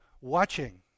watching